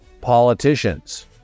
politicians